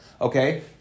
Okay